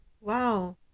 wow